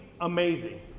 amazing